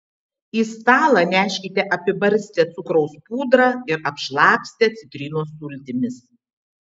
į stalą neškite apibarstę cukraus pudrą ir apšlakstę citrinos sultimis